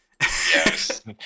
Yes